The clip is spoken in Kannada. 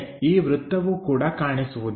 ಈ ವೃತ್ತವು ಕೂಡ ಕಾಣಿಸುವುದಿಲ್ಲ